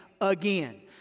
again